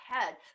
ahead